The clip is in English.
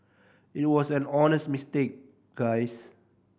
it was an honest mistake guys